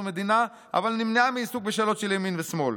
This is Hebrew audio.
ומדינה אבל נמנעה מעיסוק בשאלות של ימין ושמאל,